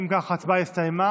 אם כך, ההצבעה הסתיימה.